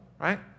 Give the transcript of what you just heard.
right